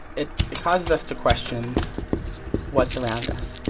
it it causes us to question what's around us,